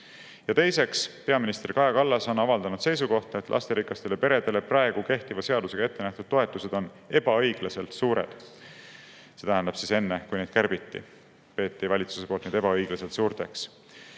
Ja teiseks, peaminister Kaja Kallas on avaldanud seisukohta, et lasterikastele peredele seadusega ettenähtud toetused on ebaõiglaselt suured – see tähendab, et enne, kui neid kärbiti, peeti valitsuse poolt neid ebaõiglaselt suurteks.